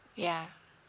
yeah